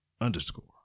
underscore